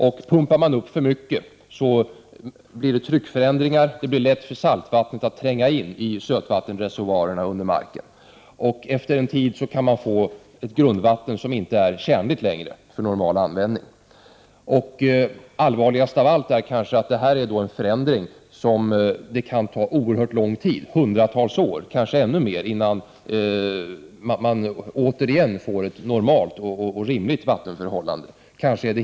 Och pumpar man upp för mycket blir det tryckförändringar, och saltvattnet tränger lätt in i sötvattenreservoarerna. Efter en tid kan man få ett grundvatten som inte längre är tjänligt för normal användning. Allvarligast av allt är kanske att detta är en förändring som det kan ta oerhört lång tid, hundratals år, kanske ännu längre tid, att komma till rätta med, innan man återigen får ett normalt och rimligt vattenförhållande.